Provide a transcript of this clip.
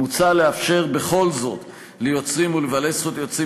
מוצע לאפשר בכל זאת ליוצרים ולבעלי זכויות יוצרים